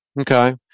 Okay